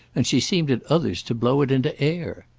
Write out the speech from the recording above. and she seemed at others to blow it into air.